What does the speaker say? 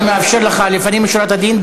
אני מאפשר לך לפנים משורת הדין,